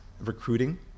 recruiting